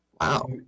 Wow